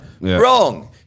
wrong